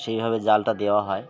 সেই ভাবে জালটা দেওয়া হয়